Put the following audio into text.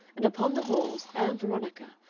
and upon the walls ann veronica,